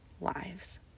lives